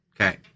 Okay